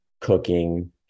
cooking